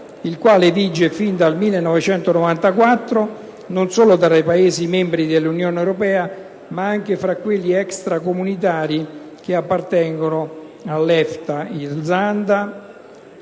il quale vige fin dal 1994 non solo tra i Paesi membri dell'Unione europea, ma anche fra quelli extracomunitari che appartengono all'EFTA (Islanda,